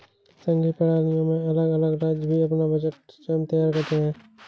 संघीय प्रणालियों में अलग अलग राज्य भी अपना बजट स्वयं तैयार करते हैं